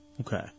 Okay